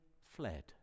fled